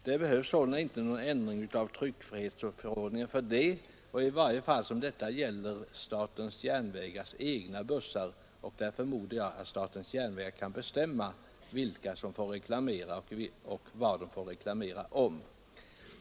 Det behövs sålunda inte någon ändring av tryckfrihetsförordningen för detta, i synnerhet som det gäller statens järnvägars egna bussar där jag förmodar att statens järnvägar kan bestämma vilka som får göra reklam och vad de får reklamera om.